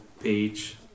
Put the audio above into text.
page